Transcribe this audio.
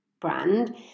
brand